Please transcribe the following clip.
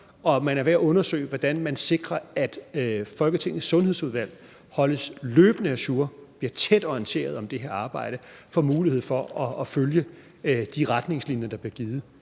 og man er ved at undersøge, hvordan man sikrer, at Folketingets Sundhedsudvalg holdes løbende ajour, bliver tæt orienteret om det her arbejde og får mulighed for at følge de retningslinjer, der bliver givet